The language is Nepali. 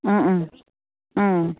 अँ अँ अँ